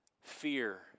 fear